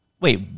Wait